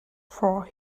for